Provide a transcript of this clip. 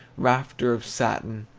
rafter of satin,